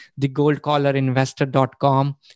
thegoldcollarinvestor.com